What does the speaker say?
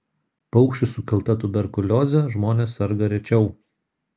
paukščių sukelta tuberkulioze žmonės serga rečiau